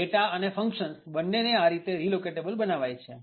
data અને functions બંનેને આ રીતે રીલોકેટેબલ બનાવાય છે